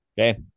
Okay